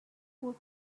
would